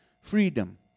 freedom